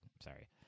sorry